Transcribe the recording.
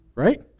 Right